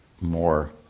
more